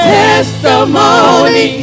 testimony